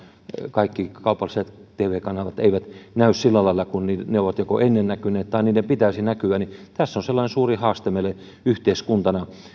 kaikki kaupalliset tv kanavat eivät näy sillä lailla kuin joko ovat ennen näkyneet tai niiden pitäisi näkyä on suuri haaste meille yhteiskuntana